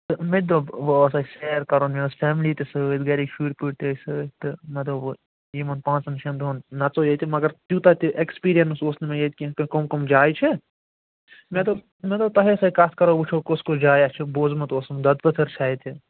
تہٕ مےٚ تہِ دوٚپ وٕ اوس اَسہِ سیر کَرُن مےٚ اوس فیملی تہِ سۭتۍ گَرِکۍ شُرۍ پُرۍ تہِ ٲسۍ سۭتۍ تہٕ مےٚ دوٚپ وٕ یِمن پانٛژن شیٚن دۄہن نَژو ییٚتہِ مگر توٗتاہ تہِ اٮ۪کٕپیٖرینٕس اوس نہٕ مےٚ ییٚتہِ کیٚنٛہہ کٕم کٕم جایہِ چھِ مےٚ دوٚپ مےٚ دوٚپ تۄہہِ سۭتۍ کَتھ کَرو وٕچھُو کُس کُس جایا چھِ بوٗزمُت اوسُم دود پٔتھٕر چھِ اَتہِ